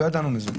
לא ידענו מזה,